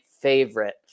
favorite